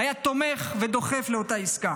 היה תומך ודוחף לאותה עסקה,